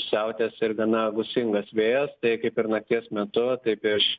siautės ir gana gūsingas vėjas tai kaip ir nakties metu taip iš